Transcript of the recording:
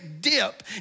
dip